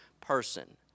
person